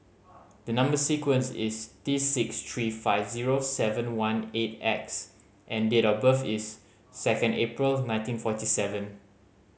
the number sequence is T six three five zero seven one eight X and date of birth is second April nineteen forty seven